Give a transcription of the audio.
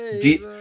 deep